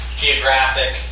geographic